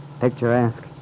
Picturesque